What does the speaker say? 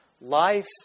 life